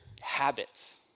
habits